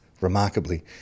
remarkably